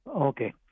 Okay